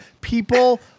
people